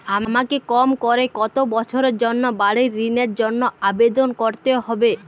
আমাকে কম করে কতো বছরের জন্য বাড়ীর ঋণের জন্য আবেদন করতে হবে?